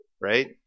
Right